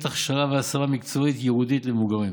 הכשרה והשמה מקצועית ייעודיות למבוגרים.